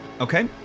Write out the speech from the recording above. Okay